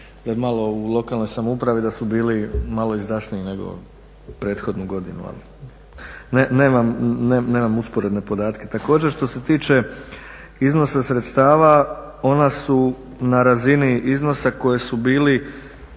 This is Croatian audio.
u lokalnoj samoupravi da su bili malo izdašniji nego prethodnu godinu. Ali nemam usporedne podatke. Također što se tiče iznosa sredstava ona su na razini iznosa koji su bili,